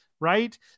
Right